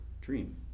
dream